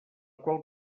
qual